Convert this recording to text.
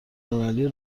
المللی